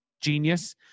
genius